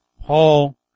Paul